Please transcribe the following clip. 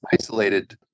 isolated